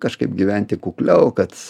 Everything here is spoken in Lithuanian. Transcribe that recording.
kažkaip gyventi kukliau kad